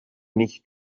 nicht